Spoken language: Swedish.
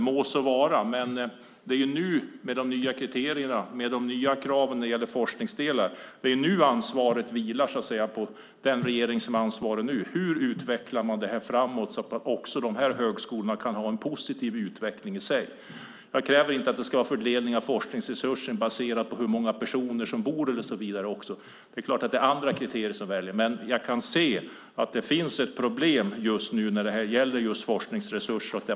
Må så vara, men det är nu med de nya kriterierna och kraven när det gäller forskningsdelar som ansvaret vilar på den regering som är nu. Hur utvecklar man det här framåt så att också de här högskolorna kan ha en positiv utveckling? Jag kräver inte att det ska vara fördelning av forskningsresurser baserat på hur många personer som bor där. Det är klart att det finns andra kriterier. Men jag kan se att det finns ett problem just nu vad det gäller forskningsresurser.